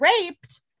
raped